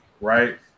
right